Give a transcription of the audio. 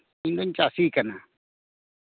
ᱤᱧ ᱫᱩᱧ ᱪᱟᱹᱥᱤ ᱠᱟᱱᱟ